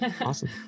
awesome